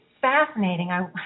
fascinating